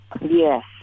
Yes